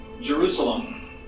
Jerusalem